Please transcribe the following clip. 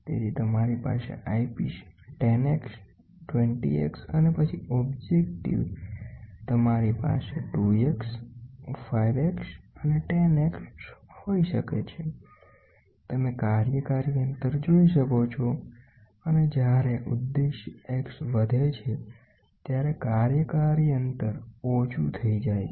તેથી તમારી પાસે આઈપિસ 10 x 20 x અને પછી વસ્તુ તમારી પાસે 2 x 5 x અને 10 x હોઈ શકે છે તમે કાર્યકારી અંતર જોઈ શકો છો અને જ્યારે ઉદ્દેશ્ય X વધે છે ત્યારે કાર્યકારીઅંતર ઓછું થઈ જાય છે